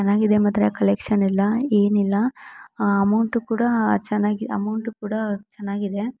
ಚೆನ್ನಾಗಿದೆ ಮಾತ್ರ ಕಲೆಕ್ಷನ್ ಎಲ್ಲ ಏನಿಲ್ಲ ಅಮೌಂಟು ಕೂಡ ಚೆನ್ನಾಗಿ ಅಮೌಂಟ್ ಕೂಡ ಚೆನ್ನಾಗಿದೆ